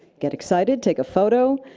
get excited, take a photo,